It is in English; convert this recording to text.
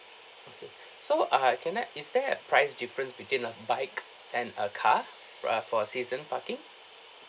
okay so ah can I is there a price difference between a bike and a car for a for a season parking